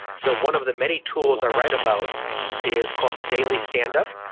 so one of the many tools i write about is called the daily stand-up.